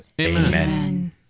Amen